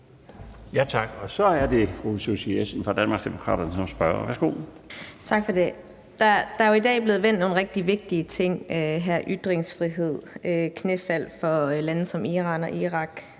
det fru Susie Jessen fra Danmarksdemokraterne som spørger. Værsgo. Kl. 22:17 Susie Jessen (DD): Tak. Der er jo i dag blevet vendt nogle rigtig vigtige ting her – ytringsfrihed, knæfald for lande som Iran og Irak